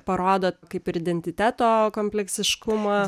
parodo kaip ir identiteto kompleksiškumą